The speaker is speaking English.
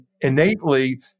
innately